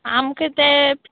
आमकां तें